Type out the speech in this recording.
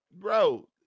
bro